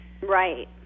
Right